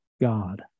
God